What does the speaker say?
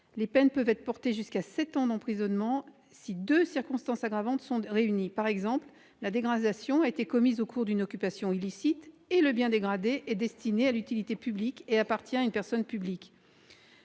Les peines peuvent être portées jusqu'à sept ans d'emprisonnement si deux circonstances aggravantes sont réunies : par exemple, lorsqu'une dégradation a été commise au cours d'une occupation illicite et que le bien dégradé est destiné à l'utilité publique et appartient à une personne publique.